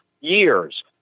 years